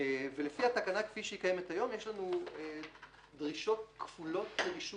לפי התקנה כפי שהיא קיימת היום יש לנו דרישות כפולות לרישוי.